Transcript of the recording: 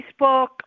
Facebook